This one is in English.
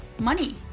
money